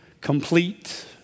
complete